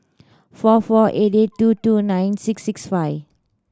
four four eight two two nine six six five